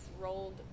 rolled